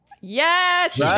Yes